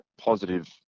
Positive